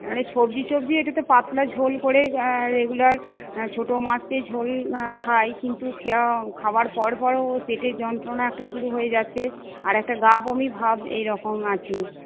মানে সবজি টবজি পাতলা ঝোল করে রেগুলার ছোটো মাছের ঝোল খাই কিন্তু খেয়ে খাওয়ার পর পরও পেটে যন্ত্রণা একটা শুরু হয়ে যাচ্ছে আর একটা গা বমি ভাব এই রকম আছে